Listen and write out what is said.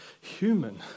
human